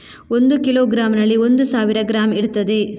ಒಂದು ಕಿಲೋಗ್ರಾಂನಲ್ಲಿ ಒಂದು ಸಾವಿರ ಗ್ರಾಂ ಇರ್ತದೆ